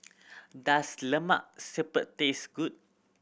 does Lemak Siput taste good